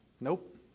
Nope